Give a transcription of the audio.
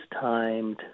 timed